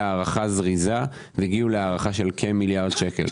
הערכה זריזה והגיעו להערכה של כמיליארד שקלים.